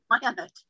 planet